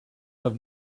have